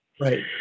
Right